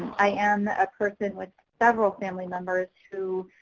i am a person with several family members who,